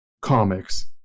comics